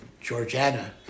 Georgiana